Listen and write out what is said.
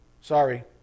Sorry